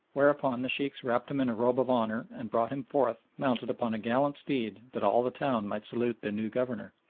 whereupon the sheikhs wrapped him in a robe of honour and brought him forth mounted upon a gallant steed that all the town might salute their new governor.